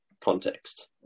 context